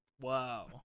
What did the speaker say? Wow